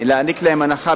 להעניק להם הנחה